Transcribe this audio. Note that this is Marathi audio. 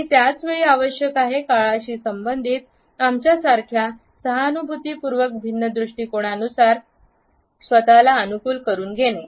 आणि त्याच वेळी आवश्यक आहे काळाशी संबंधित आमच्यासारख्या सहानुभूतीपूर्वक भिन्न दृष्टिकोणांनुसार स्वतःला अनुकूल करून घेणे